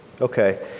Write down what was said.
Okay